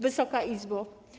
Wysoka Izbo!